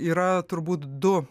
yra turbūt du